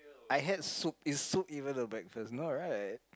I had soup is soup even a breakfast no right